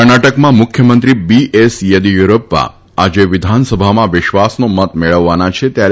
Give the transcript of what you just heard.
કર્ણાટકમાં મુખ્યમંત્રી બી ચેદીયુરપ્પા આજે વિધાનસભામાં વિશ્વાસનો મત મેળવવાના છે ત્યારે